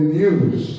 news